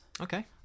Okay